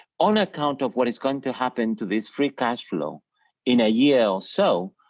on account of what is going to happen to this free cash flow in a year or so,